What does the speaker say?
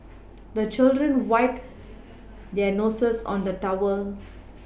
the children wipe their noses on the towel